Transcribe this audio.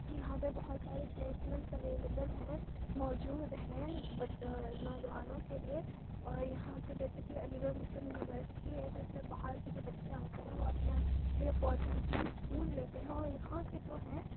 یہاں پہ بہت سارے پلیسمینٹس اویلایبل ہیں موجود ہیں نوجوانوں کے لیے اور یہاں پہ جیسے کہ علی گڑھ مسلم یونیورسٹی ہے تو اس میں باہر کے جو بچے آتے ہیں وہ اپنا لیے آپرچونیٹی بھی ڈھونڈ لیتے ہیں اور یہاں کے جو ہیں